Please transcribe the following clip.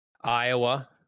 iowa